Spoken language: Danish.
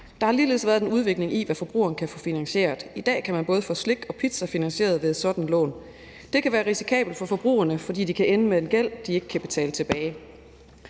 Der har ligeledes været en udvikling i, hvad forbrugerne kan få finansieret. I dag kan man både få slik og pizza finansieret ved sådan et lån. Det kan være risikabelt for forbrugerne, fordi de kan ende med en gæld, de ikke kan betale tilbage.